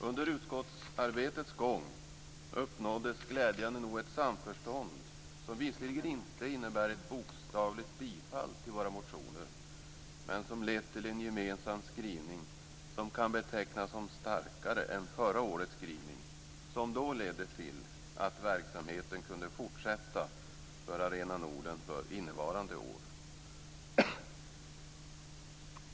Under utskottsarbetets gång uppnåddes glädjande nog ett samförstånd som visserligen inte innebär ett bokstavligt bifall till våra motioner men som lett till en gemensam skrivning som kan betecknas som starkare än förra årets skrivning som då ledde till att verksamheten kunde fortsätta för Arena Norden under innevarande år.